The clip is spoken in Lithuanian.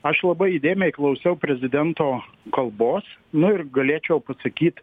aš labai įdėmiai klausiau prezidento kalbos nu ir galėčiau pasakyt